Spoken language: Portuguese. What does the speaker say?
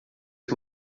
que